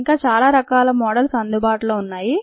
ఇంకా చాలా రకాల మోడల్స్ అందుబాటులో ఉన్నాయి